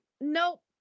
nope